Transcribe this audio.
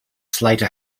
slater